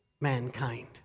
mankind